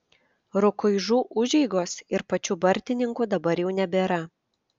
rukuižų užeigos ir pačių bartininkų dabar jau nebėra